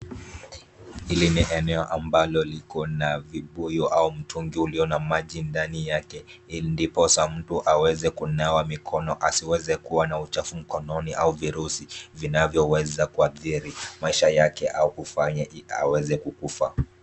Hii ni eneo ambalo liko na vibuyu au mitungi vilivyo na maji ndani yake ndiposa mtu aweze kunawa mikono asiweze kuwa na uchafu mkononi au virusi vinavyoweza kuathiri maisha yake au ifanye aweze kukufa.